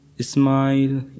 smile